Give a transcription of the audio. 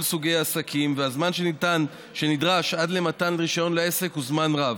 סוגי העסקים והזמן שנדרש עד למתן רישיון לעסק הוא זמן רב.